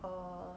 err